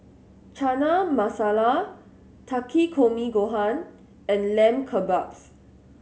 Chana Masala Takikomi Gohan and Lamb Kebabs